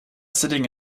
sitting